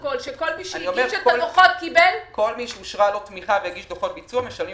כל מי שאושרה לו תמיכה והגיש דוחות ביצוע - משלמים